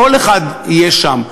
וכל אחד יהיה שם.